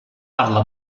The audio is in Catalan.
parla